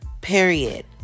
period